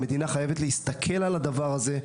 המדינה חייבת להסתכל על הדבר הזה,